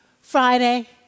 Friday